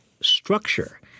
structure